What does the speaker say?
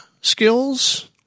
skills